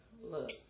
Look